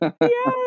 Yes